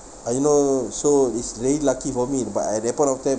uh you know so is really lucky for me but at that point of time